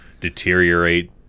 deteriorate